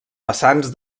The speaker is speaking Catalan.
vessants